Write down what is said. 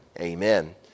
amen